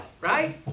right